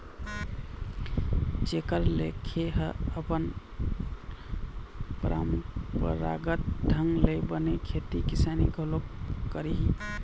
जेखर ले खे ह अपन पंरापरागत ढंग ले बने खेती किसानी घलोक करही